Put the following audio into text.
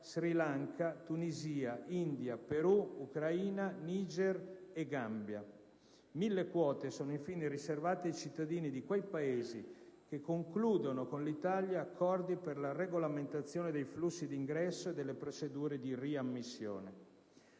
Sri Lanka, Tunisia, India, Perù, Ucraina, Niger e Gambia. 1.000 quote, infine, sono riservate ai cittadini di quei Paesi che concludono con l'Italia accordi per la regolamentazione dei flussi di ingresso e delle procedure di riammissione.